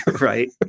Right